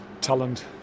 talent